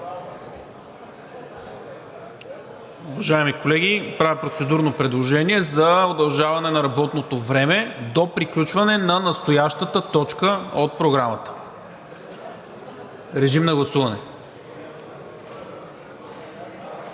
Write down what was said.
Уважаеми колеги, правя процедурно предложение за удължаване на работното време до приключване на настоящата точка от Програмата. Режим на гласуване.